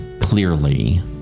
clearly